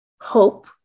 hope